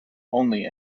only